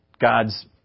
gods